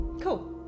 cool